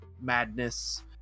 madness